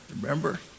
remember